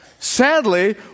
sadly